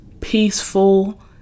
peaceful